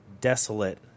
desolate